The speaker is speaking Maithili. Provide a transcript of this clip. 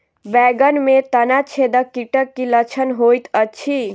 बैंगन मे तना छेदक कीटक की लक्षण होइत अछि?